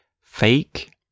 Fake